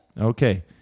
Okay